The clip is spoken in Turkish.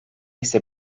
ise